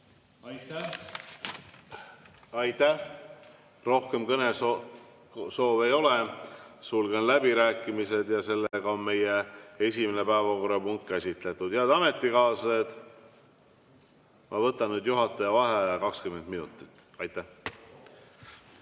Aitäh! Aitäh! Rohkem kõnesoove ei ole, sulgen läbirääkimised. Sellega on meie esimene päevakorrapunkt käsitletud. Head ametikaaslased, ma võtan nüüd juhataja vaheaja 20 minutit.V a h